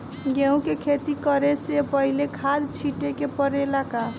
गेहू के खेती करे से पहिले खाद छिटे के परेला का?